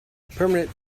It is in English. permanent